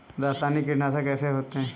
रासायनिक कीटनाशक कैसे होते हैं?